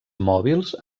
mòbils